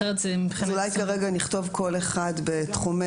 אז אולי כרגע נכתוב "כל אחד בתחומי